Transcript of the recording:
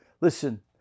listen